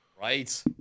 right